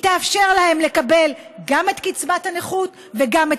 היא תאפשר להם לקבל גם את קצבת הנכות וגם את